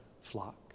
flock